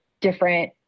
different